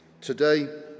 Today